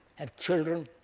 have children.